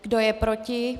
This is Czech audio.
Kdo je proti?